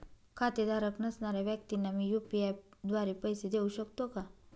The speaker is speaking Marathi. खातेधारक नसणाऱ्या व्यक्तींना मी यू.पी.आय द्वारे पैसे देऊ शकतो का?